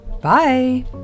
Bye